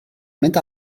mynd